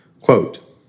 Quote